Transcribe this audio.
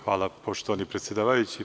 Hvala, poštovani predsedavajući.